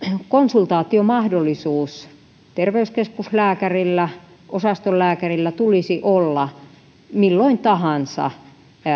konsultaatiomahdollisuus terveyskeskuslääkärillä osastonlääkärillä tulisi olla milloin tahansa